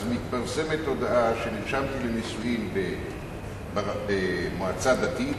אז מתפרסמת הודעה שנרשמתי לנישואים במועצה דתית,